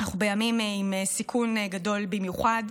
אנחנו בימים עם סיכון גדול במיוחד.